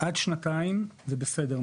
עד שנתיים זה בסדר.